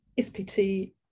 SPT